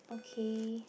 okay